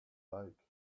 like